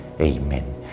Amen